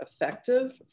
effective